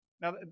Now